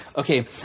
Okay